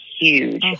huge